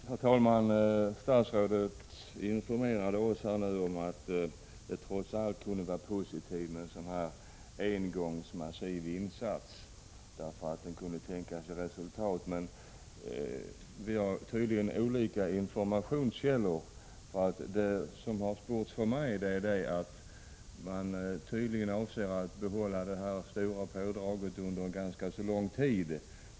Herr talman! Statsrådet informerade oss nu om att det trots allt kunde vara positivt med en sådan här massiv engångsinsats därför att resultat kunde förväntas. Men vi har tydligen olika informationskällor, för vad jag har försport är att man tydligen avser att behålla det stora pådraget under ganska lång tid.